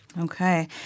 Okay